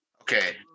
Okay